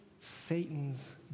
Satan's